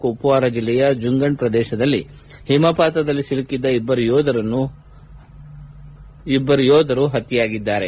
ಕುಪ್ನಾರ ಜಿಲ್ಲೆಯ ಜುಂಗಂಡ್ ಪ್ರದೇಶದಲ್ಲಿ ಹಿಮಪಾತದಲ್ಲಿ ಸಿಲುಕಿದ್ದ ಇಬ್ಲರು ಯೋಧರು ಹತ್ಲೆಯಾಗಿದ್ದಾರೆ